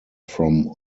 from